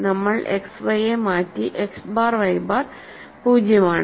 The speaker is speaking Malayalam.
നമ്മൾ XY യെ മാറ്റി എക്സ് ബാർ Y ബാർ 0 ആണ്